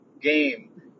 game